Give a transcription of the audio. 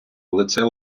лице